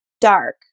dark